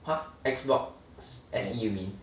!huh! Xbox S_E you mean